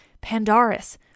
Pandarus